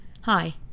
Hi